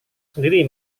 sendiri